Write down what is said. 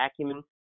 acumen